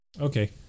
Okay